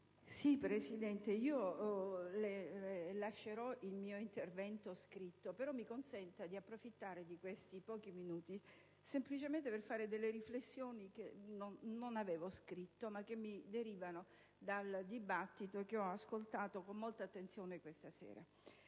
Presidente, depositerò agli atti il mio intervento scritto, ma mi consenta di approfittare di questi pochi minuti semplicemente per fare delle riflessioni che non avevo scritto, ma che derivano dal dibattito che ho ascoltato con molta attenzione questa sera.